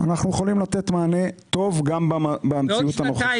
אנחנו יכולים לתת מענה טוב גם במציאות הנוכחית.